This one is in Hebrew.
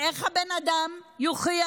איך הבן אדם יוכיח